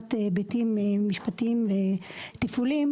שמבחינת היבטים משפטיים ותפעוליים,